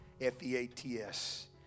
f-e-a-t-s